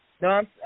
No